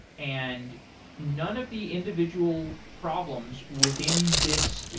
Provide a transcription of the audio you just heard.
and none of the individual problems within this,